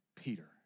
Peter